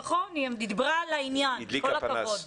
נכון, היא דיברה לעניין, כל הכבוד.